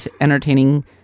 entertaining